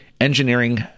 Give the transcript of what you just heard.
engineering